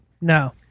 No